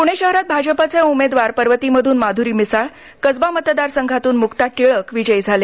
प्णे शहरात भाजपाचे उमेदवार पर्वतीमध्रन माध्ररी मिसाळ कसबा मतदारसंघातून मुक्ता टिळक विजयी झाले